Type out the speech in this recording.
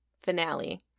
finale